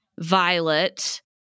Violet